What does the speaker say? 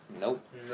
Nope